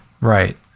Right